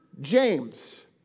James